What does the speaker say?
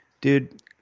dude